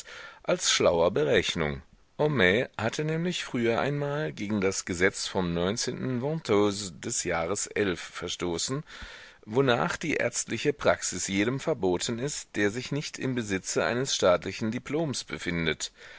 als schlauer berechnung homais hatte nämlich früher einmal gegen das gesetz vom vis des jahres xi verstoßen wonach die ärztliche praxis jedem verboten ist der sich nicht im besitze eines staatlichen diploms befindet